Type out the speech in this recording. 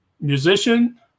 musician